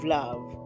love